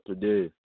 today